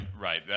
right